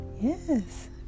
Yes